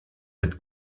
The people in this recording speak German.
mit